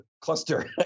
cluster